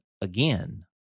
again